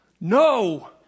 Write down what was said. No